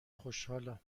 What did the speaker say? خوشحالم